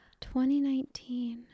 2019